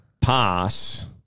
pass